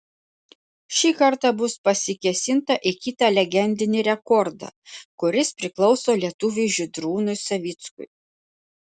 šį kartą bus pasikėsinta į kitą legendinį rekordą kuris priklauso lietuviui žydrūnui savickui